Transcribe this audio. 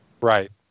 Right